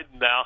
now